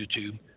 YouTube